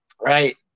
Right